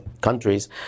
countries